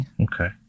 Okay